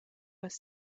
was